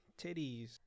titties